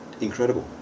incredible